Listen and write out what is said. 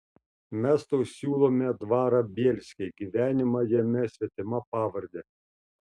mes tau siūlome dvarą bielske gyvenimą jame svetima pavarde